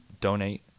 donate